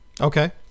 Okay